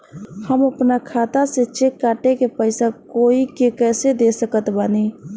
हम अपना खाता से चेक काट के पैसा कोई के कैसे दे सकत बानी?